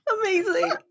Amazing